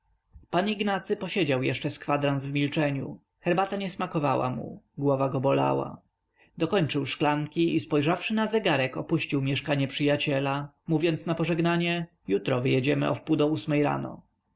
pan ignacy posiedział jeszcze z kwandrans w milczeniu herbata nie smakowała mu głowa go bolała dokończył szklanki i spojrzawszy na zegarek opuścił mieszkanie przyjaciela mówiąc na pożegnanie jutro wyjedziemy o wpół do ósmej rano